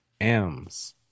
M's